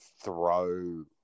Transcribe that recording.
throw